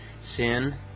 sin